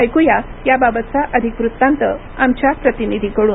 ऐकुया याबाताचा अधिक वृत्तांत आमच्या प्रतिनिधीकडून